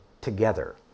together